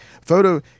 photo